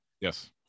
yes